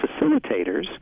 facilitators